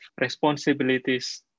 responsibilities